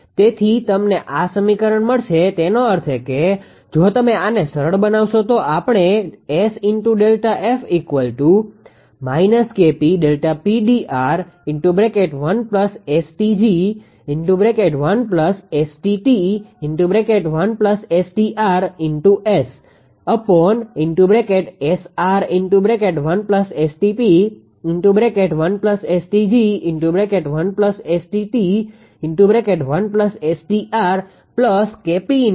તેથી તમને આ સમીકરણ મળશે તેનો અર્થ એ કે જો તમે આને સરળ બનાવશો તો આપણે મેળવીશું